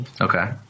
Okay